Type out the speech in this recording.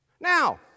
Now